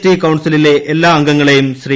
T യു കൌൺസിലിലെ എല്ലാ അംഗങ്ങളെയും ശ്രീ